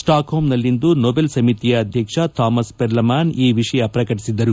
ಸ್ವಾಕ್ ಹೋಮ್ನಲ್ಲಿಂದು ನೊಬೆಲ್ ಸಮಿತಿಯ ಅಧ್ಯಕ್ಷ ಥಾಮಸ್ ಪೆರ್ಲಮ್ಯಾನ್ ಈ ವಿಷಯ ಪ್ರಕಟಿಸಿದರು